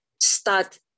start